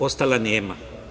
Ostala je nema.